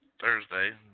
Thursday